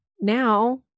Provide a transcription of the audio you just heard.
now